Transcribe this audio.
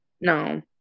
No